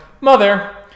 mother